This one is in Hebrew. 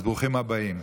אז ברוכים הבאים.